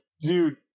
Dude